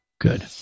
good